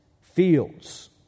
fields